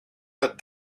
but